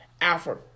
Alfred